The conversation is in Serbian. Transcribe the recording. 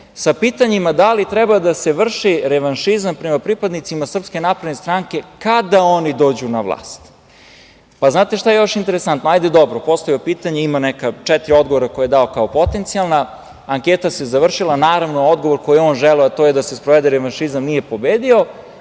sa pitanjima da li treba da se vrši revanšizam prema pripadnicima Srpske napredne stranke kada oni dođu na vlast. Da li znate šta je još interesantno? Dobro, postavio je pitanje, ima neka četiri odgovora koja je dao kao potencijalna, anketa se završila. Naravno, odgovor koji je želeo, a to je da se sprovede revanšizam, nije pobedio,